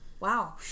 Wow